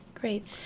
Great